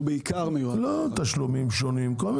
הוא בעיקר מיועד למשיכת כסף.